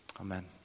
Amen